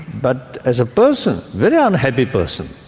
but as a person, very ah unhappy person.